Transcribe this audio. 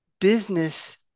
business